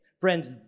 Friends